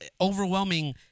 overwhelming